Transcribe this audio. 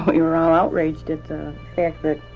but we were outraged at the fact that